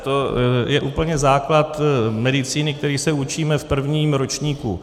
To je úplně základ medicíny, který se učíme v prvním ročníku.